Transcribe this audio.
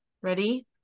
Ready